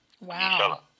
Wow